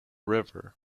river